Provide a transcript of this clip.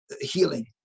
healing